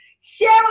share